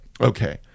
Okay